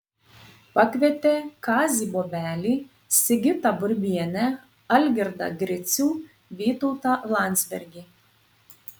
pakvietė kazį bobelį sigitą burbienę algirdą gricių vytautą landsbergį